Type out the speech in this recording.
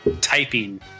Typing